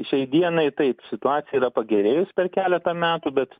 šiai dienai taip situacija yra pagerėjus per keletą metų bet